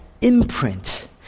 imprint